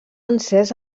encès